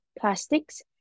plastics